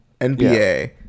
NBA